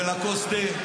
ולכוס תה,